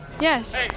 Yes